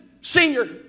senior